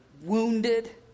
wounded